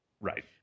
Right